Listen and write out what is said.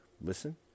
listen